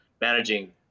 managing